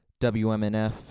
WMNF